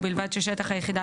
ובלבד ששטח היחידה,